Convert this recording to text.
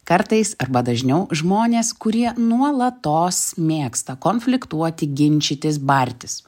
kartais arba dažniau žmonės kurie nuolatos mėgsta konfliktuoti ginčytis bartis